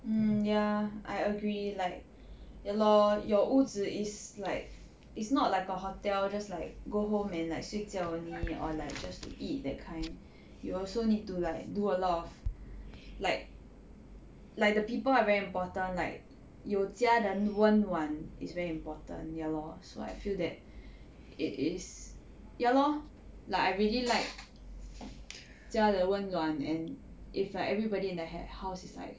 mm ya I agree like ya lor your 屋子 is like it's not like a hotel just like go home and like 睡觉 only or like just to eat that kind you also need to like do a lot of like like the people are very important like 有家的温暖 is very important ya lor so I feel that it is ya lor like I really like 家的温暖 and if everybody like in the house is like